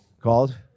called